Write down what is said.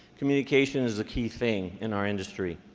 communications is a key thing in our industry.